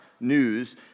news